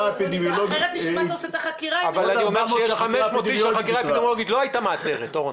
שהחקירה האפידמיולוגית לא הייתה מאתרת.